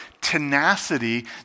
tenacity